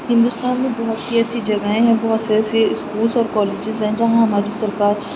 ہندوستان میں بہت سی ایسی جگہیں ہیں بہت سے ایسے اسکولس اور کالجز ہیں جہاں ہماری سرکار